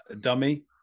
dummy